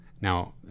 Now